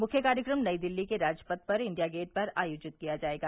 मुख्य कार्यक्रम नई दिल्ली के राजपथ पर इंडिया गेट पर आयोजित किया जाएगा